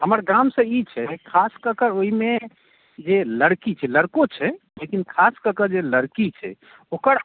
हमर गाम से ई छै खास कऽ के ओहिमे जे लड़की छै लड़को छै लेकिन खास कऽ के जे लड़की छै ओकर